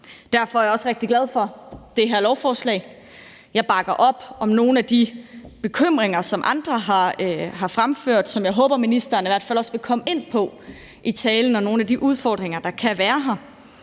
Derfor er jeg også rigtig glad for det her lovforslag. Jeg bakker op om nogle af de bekymringer, som andre har fremført, og som jeg håber ministeren i hvert fald også vil komme ind på i sin tale – og også nogle af de udfordringer, der kan være her.